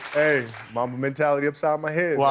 hey, my mentality upside my head.